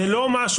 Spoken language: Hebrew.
זה לא משהו,